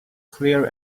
clear